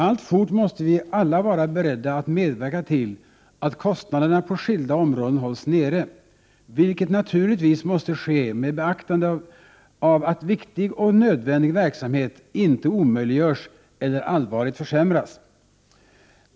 Allfort måste vi alla vara beredda att medverka till att kostnaderna på skilda områden hålls nere, vilket naturligtvis måste ske med beaktande av att viktig och nödvändig verksamhet inte omöjliggörs eller allvarligt försämras.